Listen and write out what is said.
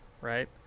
right